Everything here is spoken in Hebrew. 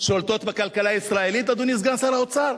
בכלכלה הישראלית, אדוני סגן שר האוצר?